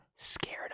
Scared